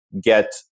get